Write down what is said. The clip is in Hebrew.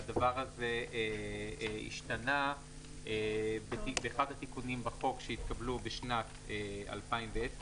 והדבר הזה השתנה באחד התיקונים בחוק שהתקבלו בשנת 2010,